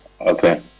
Okay